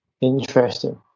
interesting